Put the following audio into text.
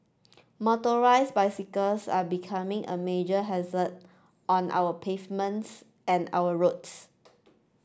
motorised bicycles are becoming a major hazard on our pavements and our roads